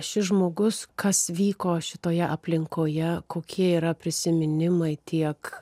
šis žmogus kas vyko šitoje aplinkoje kokie yra prisiminimai tiek